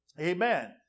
Amen